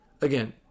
again